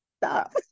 stop